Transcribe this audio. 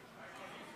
חוק-יסוד: